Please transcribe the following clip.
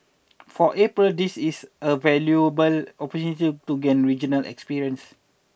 for April this is a valuable opportunity to gain regional experience